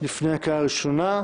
לפני הקריאה הראשונה.